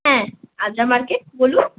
হ্যাঁ আদ্রা মার্কেট বলুন